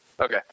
Okay